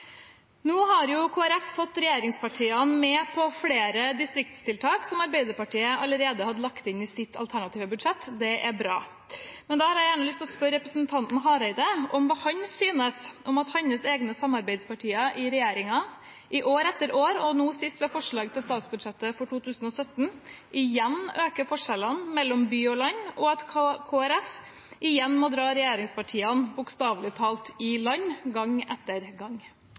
Nå har Kristelig Folkeparti fått regjeringspartiene med på flere distriktstiltak, som Arbeiderpartiet allerede hadde lagt inn i sitt alternative budsjett, og det er bra. Men da har jeg lyst til å spørre representanten Hareide om hva han synes om at hans egne samarbeidspartier i regjeringen i år etter år, og nå sist ved forslaget til statsbudsjett for 2017, øker forskjellene mellom by og land, og at Kristelig Folkeparti igjen må dra regjeringspartiene bokstavelig talt i land gang etter gang.